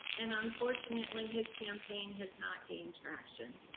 and unfortunately, his campaign has not gained traction.